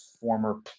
former